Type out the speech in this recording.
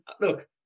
look